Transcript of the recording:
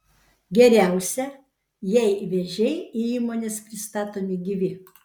geriausia jei vėžiai į įmones pristatomi gyvi